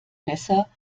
besser